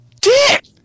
dick